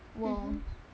mmhmm